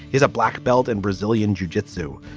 he's a black belt in brazilian jujitsu.